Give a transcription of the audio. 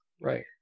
right